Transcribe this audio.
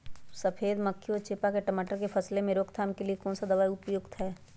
सफेद मक्खी व चेपा की टमाटर की फसल में रोकथाम के लिए कौन सा दवा उपयुक्त है?